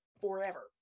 forever